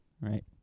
Right